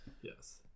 yes